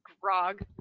grog